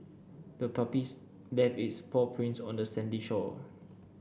the puppy left its paw prints on the sandy shore